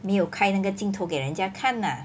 没有开那个镜头给人家看 lah